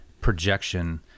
projection